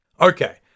Okay